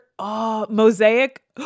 mosaic